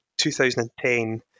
2010